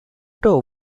door